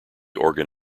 organ